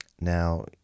Now